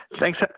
Thanks